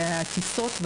לכן הטיסות,